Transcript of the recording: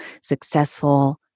successful